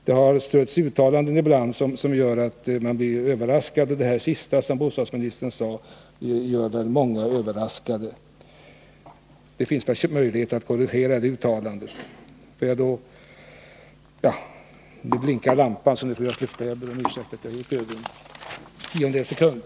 Det har ibland strötts uttalanden som gör att man blir överraskad, och det senaste som bostadsministern sade kom nog som en överraskning för väldigt många. Det finns möjlighet att korrigera det uttalandet.